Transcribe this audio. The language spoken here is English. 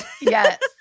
Yes